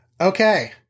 Okay